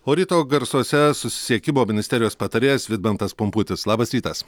o ryto garsuose susisiekimo ministerijos patarėjas vidmantas pumputis labas rytas